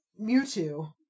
Mewtwo